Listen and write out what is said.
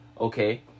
okay